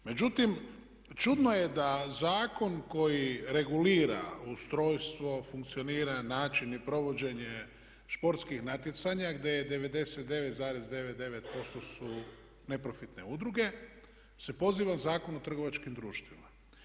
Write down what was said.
Međutim, čudno je da zakon koji regulira ustrojstvo funkcioniranja, način i provođenje športskih natjecanja gdje je 99,99% su neprofitne udruge se poziva Zakon o trgovačkim društvima.